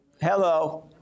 Hello